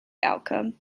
outcome